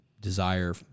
desire